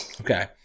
Okay